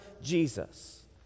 Jesus